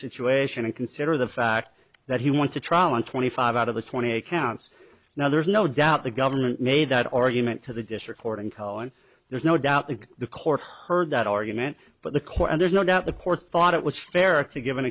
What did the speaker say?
situation and consider the fact that he went to trial on twenty five out of the twenty eight counts now there's no doubt the government made that argument to the district court and call and there's no doubt that the court heard that argument but the court and there's no doubt the court thought it was fair to give